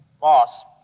Boss